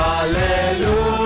Hallelujah